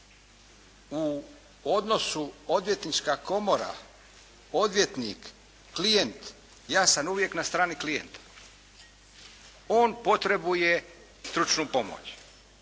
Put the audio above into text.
u odnosu odvjetnička komora, odvjetnik, klijent, ja sam uvijek na strani klijenta. On potrebuje stručnu pomoć.